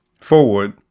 forward